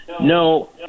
no